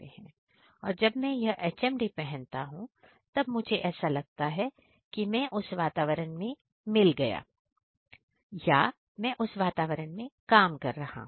तो जब मैं यह HMD पहनता हूं तब मुझे ऐसा लगता है कि मैं उस वातावरण में मिल गया हूं या मैं उस वातावरण में काम कर रहा हूं